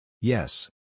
Yes